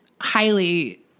highly